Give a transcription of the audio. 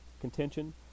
contention